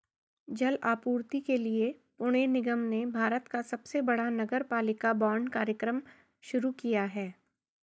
जल आपूर्ति के लिए पुणे निगम ने भारत का सबसे बड़ा नगरपालिका बांड कार्यक्रम शुरू किया